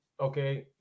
Okay